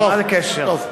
מה הקשר?